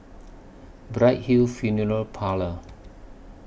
Bright Hill Funeral Parlour